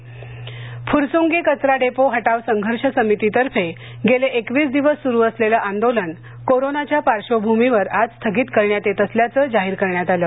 कचरा डेपो आंदोलन स्थगित फुरसूंगी कचरा डेपो हटाव संघर्ष समितीतर्फे गेले एकवीस दिवस सुरू असलेलं आंदोलन करोनाच्या पार्श्वभूमीवर आज स्थगित करण्यात येत असल्याचं जाहीर करण्यात आलं